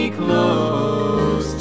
close